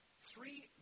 Three